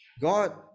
God